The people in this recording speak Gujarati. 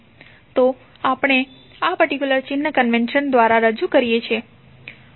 તો આપણે આ પર્ટિક્યુલર ચિન્હ કન્વેનશન દ્વારા રજૂ કરીએ છીએ